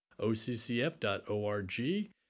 OCCF.org